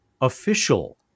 official